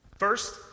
First